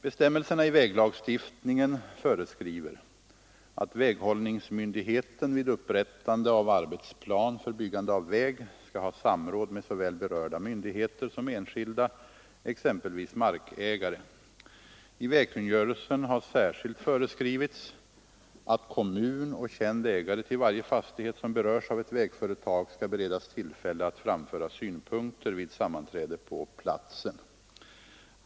Bestämmelserna i väglagstiftningen föreskriver att väghållningsmyndigheten vid upprättande av arbetsplan för byggande av väg skall ha samråd med såväl berörda myndigheter som enskilda, exempelvis markägare. I vägkungörelsen har särskilt föreskrivits att kommun och känd ägare till varje fastighet som berörs av ett vägföretag skall beredas tillfälle att framföra synpunkter vid sammanträde på platsen.